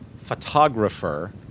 photographer